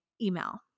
email